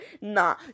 Nah